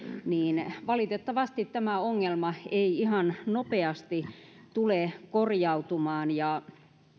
niin valitettavasti tämä ongelma ei ihan nopeasti tule korjautumaan ja